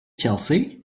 chelsea